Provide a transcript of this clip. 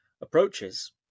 approaches